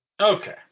Okay